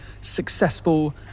successful